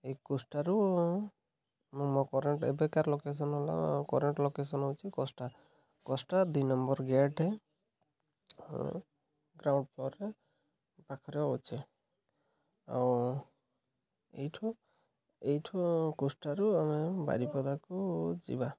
ଏଇ କୁଷ୍ଠାରୁ ମୋ କରେଣ୍ଟ୍ ଏବେକାର ଲୋକେସନ୍ ହେଲା କରେଣ୍ଟ୍ ଲୋକେସନ୍ ହେଉଛି କୁଷ୍ଠା କୁଷ୍ଠା ଦୁଇ ନମ୍ବର୍ ଗେଟ୍ ଗ୍ରାଉଣ୍ଡ ଫ୍ଲୋର୍ରେ ପାଖରେ ଅଛେ ଆଉ ଏଇଠୁ ଏଇଠୁ କୁଷ୍ଠାରୁ ଆମେ ବାରିପଦାକୁ ଯିବା